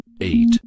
eight